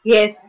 Yes